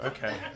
Okay